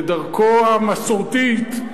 לדרכו המסורתית?